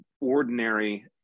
ordinary